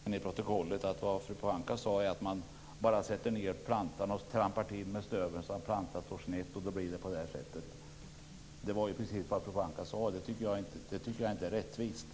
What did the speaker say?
Fru talman! Man har haft skolungdomar som har planterat och som har arbetat på ackord. Det handlar inte om skogsägarna.